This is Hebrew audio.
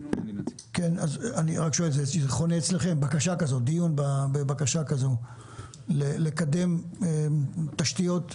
חונה אצלכם דיון בבקשה כזו, לקידום תשתיות?